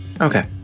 Okay